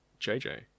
JJ